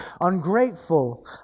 ungrateful